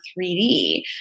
3d